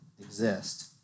exist